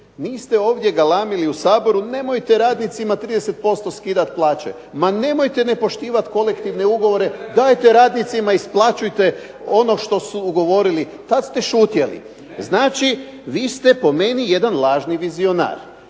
niste ovdje galamili ovdje u Saboru nemojte radnicima 30% skidati plaće, ma nemojte nepoštivati kolektivne ugovore, dajte radnicima isplaćujte ono što su ugovorili, tad ste šutjeli. Znači vi ste po meni jedan lažni vizionar.